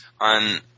on